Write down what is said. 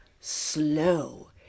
slow